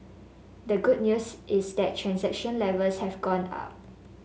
the good news is that transaction levels have gone up